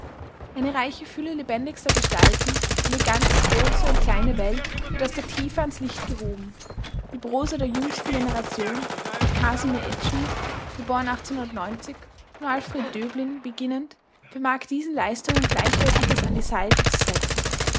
eine reiche fülle lebendigster gestalten eine ganze große und kleine welt wird aus der tiefe ans licht gehoben die prosa der jüngsten generation mit casimir id alfred döblin beginnend vermag diesen leistungen gleichwertiges an die seite zu setzen